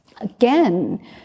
Again